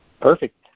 Perfect